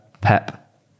Pep